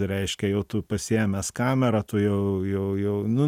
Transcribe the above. reiškia jau tu pasiėmęs kamerą tu jau jau jau nu